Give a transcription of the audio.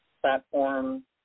platform